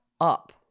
up